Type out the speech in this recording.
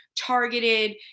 targeted